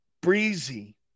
Breezy